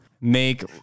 make